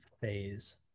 phase